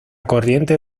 corriente